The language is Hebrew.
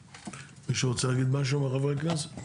מישהו מחברי הכנסת רוצה להגיד משהו?